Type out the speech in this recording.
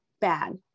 bad